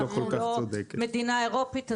אנחנו לא מדינה אירופית,